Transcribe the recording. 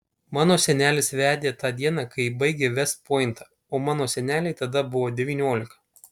mano senelis vedė tą dieną kai baigė vest pointą o mano senelei tada buvo devyniolika